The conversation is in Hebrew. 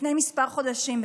לפני כמה חודשים,